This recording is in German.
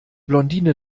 blondine